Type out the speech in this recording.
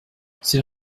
c’est